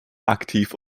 aktiv